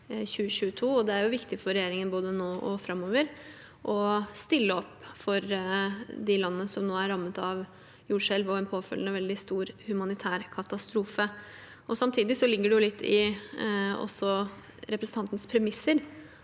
2023 viktig for regjeringen både nå og framover å stille opp for de landene som nå er rammet av jordskjelv og en påfølgende veldig stor humanitær katastrofe. Samtidig ligger det litt i representantens premisser